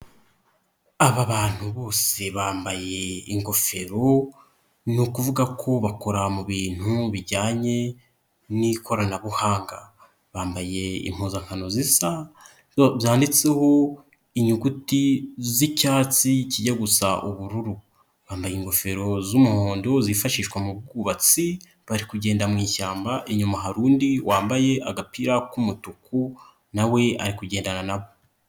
Aba bantu bose bambaye ingofero, ni ukuvuga ko bakora mu bintu bijyanye n'ikoranabuhanga, bambaye impuzankano zisa, byanditseho inyuguti z'icyatsi kijya gusa ubururu, bambaye ingofero z'umuhondo zifashishwa mu bwubatsi bari kugenda mwishyamba, inyuma hari undi wambaye agapira k'umutuku na we ari kugendana na bo.